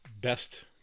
best